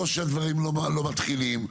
או שהדברים לא מתחילים,